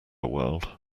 world